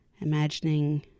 imagining